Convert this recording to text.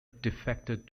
defected